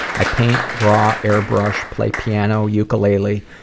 i paint, draw, air-brush, play piano, ukulele,